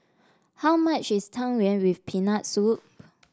how much is Tang Yuen with Peanut Soup